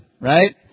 right